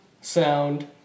Sound